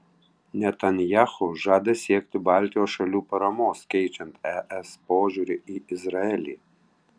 netanyahu žada siekti baltijos šalių paramos keičiant es požiūrį į izraelį